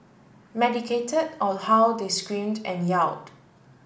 medicate or how they screamed and yelled